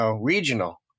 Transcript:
regional